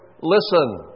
listen